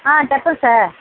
ஆ தைப்பேன் சார்